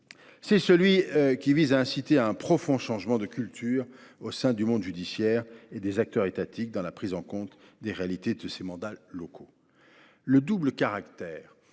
Nous souhaitons provoquer un profond changement de culture au sein du monde judiciaire et des acteurs étatiques dans la prise en compte des réalités des mandats électifs locaux. Le double caractère